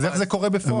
אז איך זה קורה בפועל?